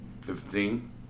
fifteen